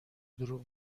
دروغ